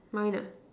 mine ah